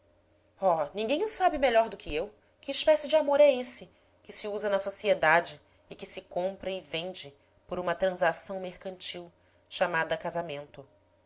oh ninguém o sabe melhor do que eu que espécie de amor é esse que se usa na sociedade e que se compra e vende por uma transação mercantil chamada casamento